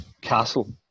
Castle